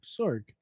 Sorg